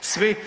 svi.